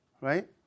Right